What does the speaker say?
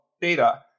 data